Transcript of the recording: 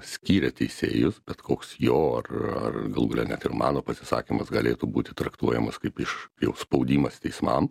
skyrė teisėjus bet koks jo ar ar galų gale net ir mano pasisakymas galėtų būti traktuojamas kaip iš jau spaudimas teismam